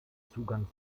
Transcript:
zugang